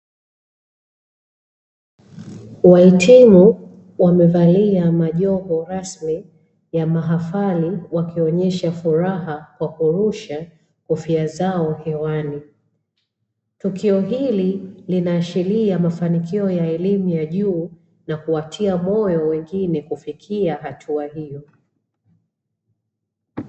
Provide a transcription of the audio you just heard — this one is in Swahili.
Wahitimu wamevalia majoho rasmi ya mahafali, wakionyesha furaha kwa kurusha kofia zao hewani. Tukio hili linaashiria mafanikio ya elimu ya juu na kuwatia moyo wengine kufikai hatua hiyo.